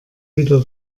wieder